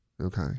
Okay